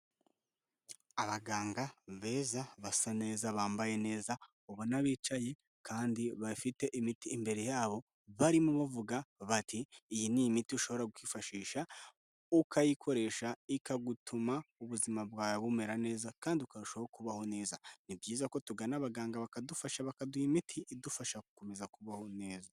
Abaganga beza basa neza, bambaye neza, ubona bicaye kandi bafite imiti imbere yabo, barimo bavuga bati :"Iyi ni imiti ushobora kwifashisha ukayikoresha, ikagutuma ubuzima bwawe bumera neza kandi ukarushaho kubaho neza.'' ni byiza ko tugana abaganga bakadufasha, bakaduha imiti idufasha gukomeza kubaho neza.